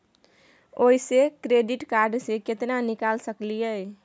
ओयसे credit card से केतना निकाल सकलियै?